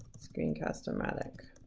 screencast-o-matic,